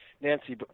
Nancy